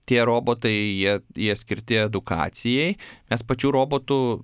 tie robotai jie jie skirti edukacijai nes pačių robotų